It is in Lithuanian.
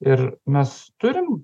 ir mes turim